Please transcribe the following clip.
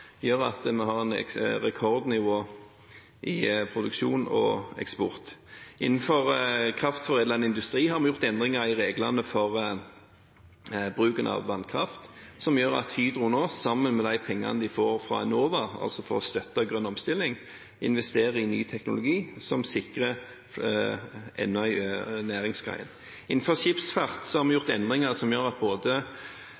gjør at vi har et rekordnivå i produksjon og eksport. Innenfor kraftforedlende industri har vi gjort endringer i reglene for bruken av vannkraft, som gjør at Hydro nå sammen med pengene de får fra Enova, altså for å støtte grønn omstilling, investerer i ny teknologi som sikrer enda en næringsgren. Innenfor skipsfart har vi